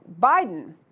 Biden